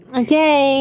okay